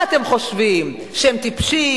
מה אתם חושבים, שהם טיפשים?